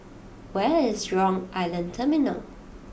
where is Jurong Island Terminal